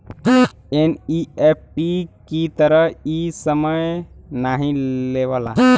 NEFT की तरह इ समय नाहीं लेवला